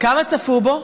כמה צפו בו,